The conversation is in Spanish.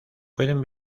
pueden